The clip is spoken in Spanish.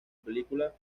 película